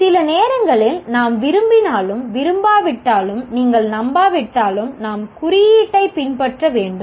சில நேரங்களில் நாம் விரும்பினாலும் விரும்பாவிட்டாலும் நீங்கள் நம்பாவிட்டாலும் நாம் குறியீட்டைப் பின்பற்ற வேண்டும்